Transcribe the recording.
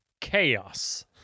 chaos